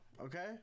okay